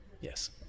yes